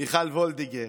מיכל וולדיגר.